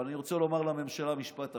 אבל אני רוצה לומר לממשלה משפט אחרון: